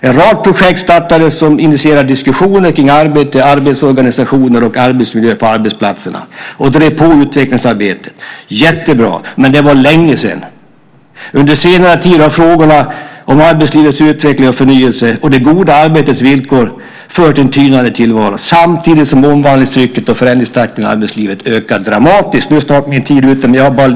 En rad projekt startades som initierade diskussioner kring arbete, arbetsorganisationer och arbetsmiljöer på arbetsplatserna och drev på utvecklingsarbetet. Jättebra! Men det var länge sedan. Under senare tid har frågorna om arbetslivets utveckling och förnyelse och det goda arbetets villkor fört en tynande tillvaro, samtidigt som omvandlingstrycket och förändringstakten i arbetslivet ökat dramatiskt.